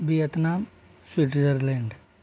Vietnam Switzerland